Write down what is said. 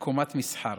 וקומת מסחר.